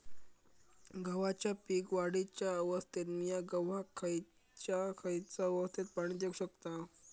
गव्हाच्या पीक वाढीच्या अवस्थेत मिया गव्हाक खैयचा खैयचा अवस्थेत पाणी देउक शकताव?